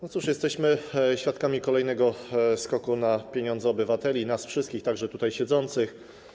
No cóż, jesteśmy świadkami kolejnego skoku na pieniądze obywateli i nas wszystkich, także tutaj siedzących.